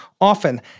often